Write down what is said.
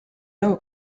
nõu